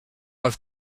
i’ve